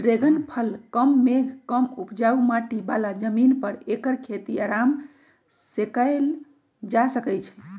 dragon फल कम मेघ कम उपजाऊ माटी बला जमीन पर ऐकर खेती अराम सेकएल जा सकै छइ